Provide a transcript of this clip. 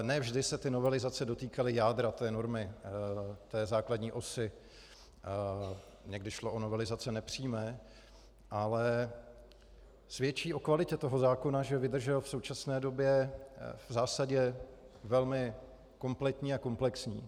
Ne vždy se novelizace dotýkaly jádra té normy, té základní osy, někdy šlo o novelizace nepřímé, ale svědčí o kvalitě toho zákona, že vydržel v současné době v zásadě velmi kompletní a komplexní.